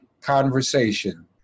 conversation